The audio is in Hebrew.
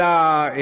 אלא,